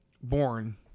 born